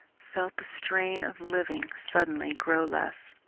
felt the strain of living suddenly grow less.